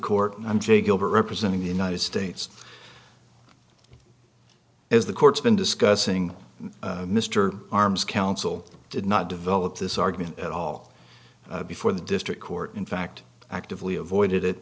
the court i'm to gilbert representing the united states is the court's been discussing mr arms counsel did not develop this argument at all before the district court in fact actively avoided